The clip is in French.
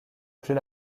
plus